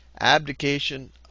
Abdication